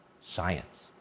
science